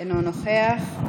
אינו נוכח,